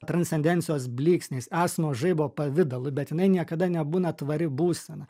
transcendencijos blyksnis esmo žaibo pavidalu bet jinai niekada nebūna tvari būsena